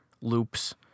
loops